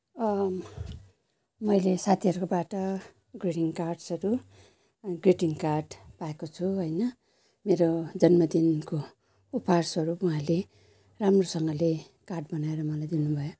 मैले साथीहरूकोबाट ग्रिटिङ्गस कार्डसहरू ग्रिटिङ कार्ड पाएको छु होइन मेरो जन्मदिनको उपहारस्वरुप उहाँले राम्रोसँगले कार्ड बनाएर मलाई दिनु भयो